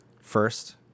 first